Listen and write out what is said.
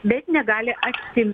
bet negali atimti